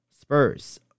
Spurs